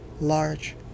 Large